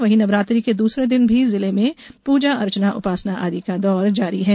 वही नवरात्रि के दूसरे दिन भी जिले में पूजा अर्चना उपासना आदि का दौर जारी है